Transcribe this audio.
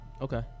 Okay